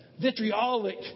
vitriolic